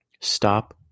stop